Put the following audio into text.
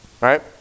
right